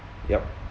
yup